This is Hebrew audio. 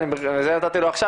אני מאשקלון,